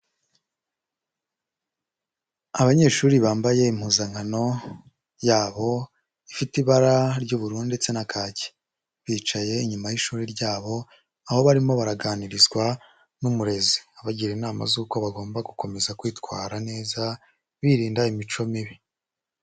Abanyeshuri bambaye impuzankano yabo ifite ibara ry'ubururu ndetse na kake, bicaye inyuma y'ishuri ryabo, aho barimo baraganirizwa n'umurezi, abagira inama z'uko bagomba gukomeza kwitwara neza birinda imico mibi.